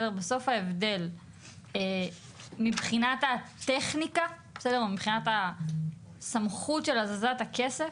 בסוף ההבדל מבחינת הטכניקה או מבחינת הסמכות של הזזת הכסף,